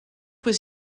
was